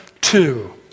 two